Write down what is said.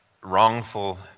wrongful